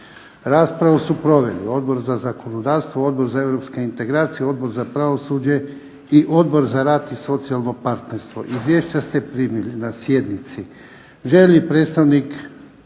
Raspravu su proveli Odbor za zakonodavstvo, Odbor za europske integracije, Odbor za pravosuđe i Odbor za rad i socijalno partnerstvo. Izvješća ste primili na sjednici.